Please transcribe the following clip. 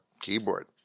keyboard